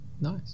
nice